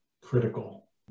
critical